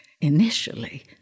initially